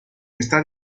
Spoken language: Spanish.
está